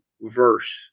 verse